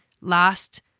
last